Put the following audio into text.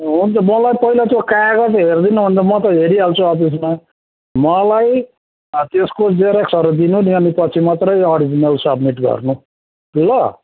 हुन्छ मलाई पहिला त्यो कागज हेरिदिनु हो भने म त हेरिहाल्छु अफिसमा मलाई त्यसको जेरक्सहरू दिनु त्यहाँदेखि पछि मात्रै ओरिजिनल सब्मिट गर्नु ल